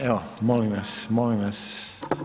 Evo, molim vas, molim vas.